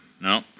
No